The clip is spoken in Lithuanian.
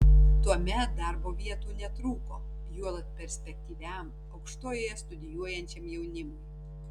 tuomet darbo vietų netrūko juolab perspektyviam aukštojoje studijuojančiam jaunimui